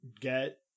Get